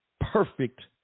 perfect